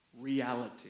reality